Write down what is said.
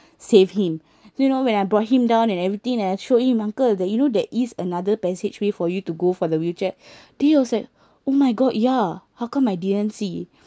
save him so you know when I brought him down and everything and I showed him uncle that you know there is another passage way for you to go for the wheelchair he was like oh my god ya how come I didn't see